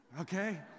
okay